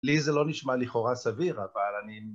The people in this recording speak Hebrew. לי זה לא נשמע לכאורה סביר, אבל אני...